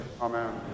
Amen